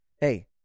hey